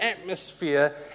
atmosphere